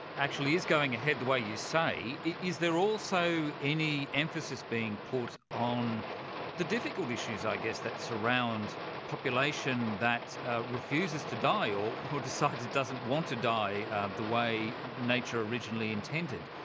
actually is going ahead the way you say, is there also any emphasis being put on the difficult issues i guess that surround population that refuses to die, or decides it doesn't want to die ah the way nature originally intended.